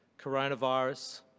Coronavirus